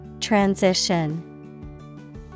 Transition